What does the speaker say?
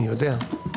אני יודע.